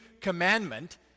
commandment